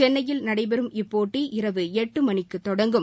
சென்னையில் நடைபெறும் இப்போட்டி இரவு எட்டு மணிக்கு தொடங்கும்